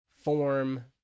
form